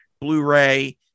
Blu-ray